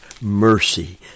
mercy